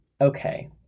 okay